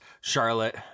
Charlotte